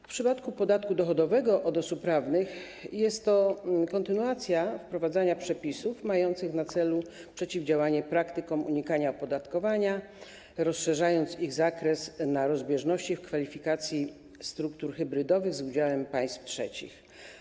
W przypadku podatku dochodowego od osób prawnych jest to kontynuacja wprowadzania przepisów mających na celu przeciwdziałanie praktykom unikania opodatkowania poprzez rozszerzenie zakresu na rozbieżności w kwalifikacji struktur hybrydowych z udziałem państw trzecich.